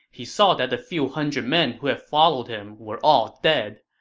he saw that the few hundred men who had followed him were all dead,